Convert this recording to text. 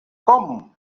com